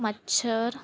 ਮੱਛਰ